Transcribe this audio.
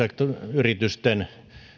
yritysten